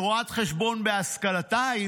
שהיא רואת חשבון בהשכלתה,